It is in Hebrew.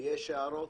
יש הערות?